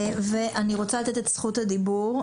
אני רוצה לתת את זכות הדיבור,